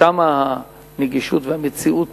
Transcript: שם הנגישות והמציאות